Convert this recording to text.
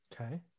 Okay